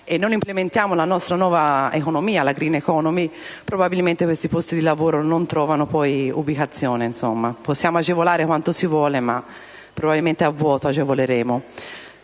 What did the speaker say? e non implementiamo la nostra nuova economia, la *green economy*, questi posti di lavoro non trovano poi ubicazione: possiamo agevolare quanto vogliamo, ma probabilmente a vuoto. Vorrei